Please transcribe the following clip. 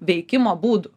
veikimo būdų